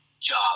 job